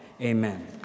amen